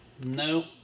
No